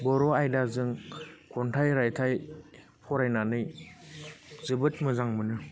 बर' आयदाजों खन्थाइ रायथाइ फरायनानै जोबोर मोजां मोनो